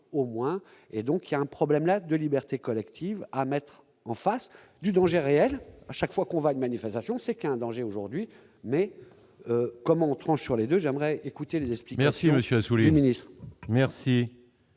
au moins et donc il y a un problème là de liberté collective à mettre en face du danger réel à chaque fois qu'on va de manifestation, c'est qu'un danger aujourd'hui, mais comment on tranche sur les 2 j'aimerais écouter les esprits. Merci